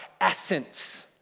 essence